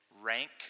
rank